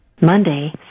Monday